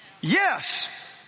Yes